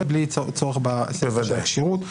בלי צורך בכשירות.